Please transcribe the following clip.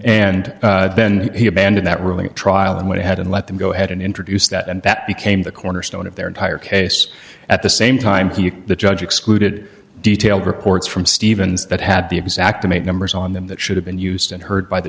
and then he abandoned that ruling trial and went ahead and let them go ahead and introduce that and that became the cornerstone of their entire case at the same time q the judge excluded detailed reports from stevens that had the exact amount numbers on them that should have been used and heard by the